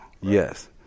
yes